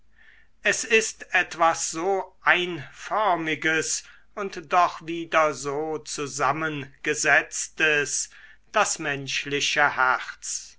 es ist etwas so einförmiges und doch wieder so zusammengesetztes das menschliche herz